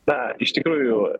na iš tikrųjų